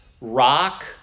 rock